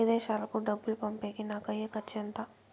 విదేశాలకు డబ్బులు పంపేకి నాకు అయ్యే ఖర్చు ఎంత?